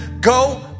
Go